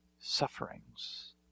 sufferings